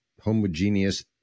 homogeneous